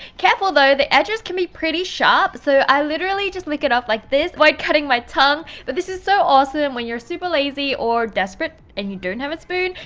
careful though the edges can be pretty sharp so i literally just lick it off like this to avoid cutting my tongue. but this is so awesome when your super lazy or desprate and you don't have a spoon,